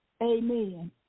Amen